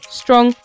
strong